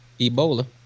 Ebola